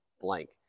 blank